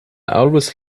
always